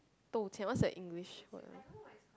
Dou-Qian what's the English word ah